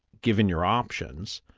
given your options,